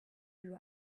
your